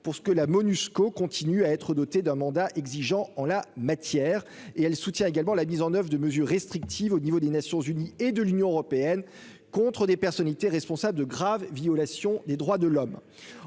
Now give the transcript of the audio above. pour ce que la Monusco continue à être dotée d'un mandat exigeant en la matière et elle soutient également la mise en oeuvre de mesures restrictives au niveau des Nations unies et de l'Union européenne contre des personnalités, responsables de graves violations des droits de l'homme,